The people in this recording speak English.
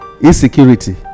insecurity